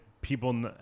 people